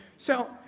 so,